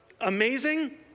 Amazing